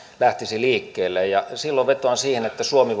lähtisi liikkeelle ja silloin vetoan siihen että suomi